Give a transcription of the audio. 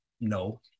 no